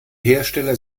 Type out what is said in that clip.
hersteller